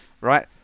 Right